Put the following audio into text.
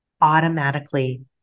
Automatically